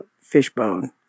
Fishbone